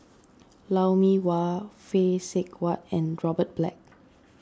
Lou Mee Wah Phay Seng Whatt and Robert Black